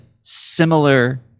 similar